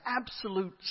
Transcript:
absolute